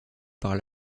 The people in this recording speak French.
par